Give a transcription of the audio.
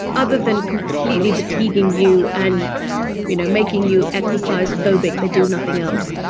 other than completely fatiguing you and you know making you exercise-phobic, they do nothing else.